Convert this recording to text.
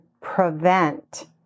prevent